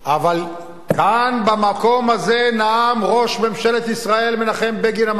אבל כאן במקום הזה נאם ראש ממשלת ישראל מנחם בגין המנוח,